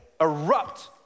erupt